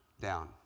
down